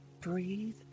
breathe